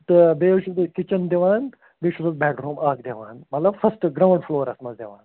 تہٕ بیٚیہِ حظ چھُس بہٕ کِچن دِوان بیٚیہِ چھُس بہٕ بٮ۪ڈ روٗم اکھ دِوان مطلب فٔسٹہٕ گرٛونٛڈ فُلورس منٛز دِوان